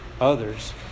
others